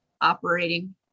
operating